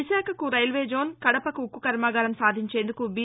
విశాఖకు రైల్వేజోన్ కడపకు ఉక్కు కర్మాగారం సాధించేందుకు బి